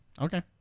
okay